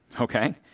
okay